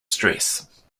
stress